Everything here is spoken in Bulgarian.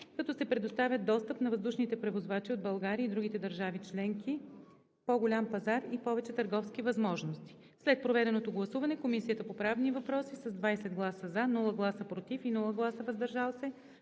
като се предоставя достъп на въздушните превозвачи от България и другите държави членки до по-голям пазар и повече търговски възможности. След проведеното гласуване Комисията по правни въпроси с 20 гласа „за“, без „против“ и „въздържал се“